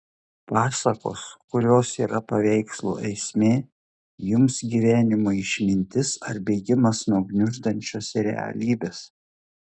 pasakos kurios yra paveikslų esmė jums gyvenimo išmintis ar bėgimas nuo gniuždančios realybės